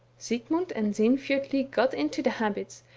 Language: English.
sigmund and sinfjotli got into the habits,